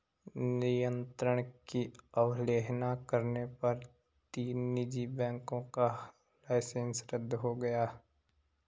नियंत्रण की अवहेलना करने पर तीन निजी बैंकों का लाइसेंस रद्द हो गया